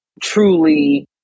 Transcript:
truly